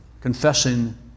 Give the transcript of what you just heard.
confessing